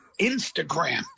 Instagram